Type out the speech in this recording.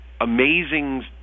amazing